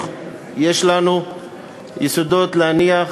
יש לנו יסוד להניח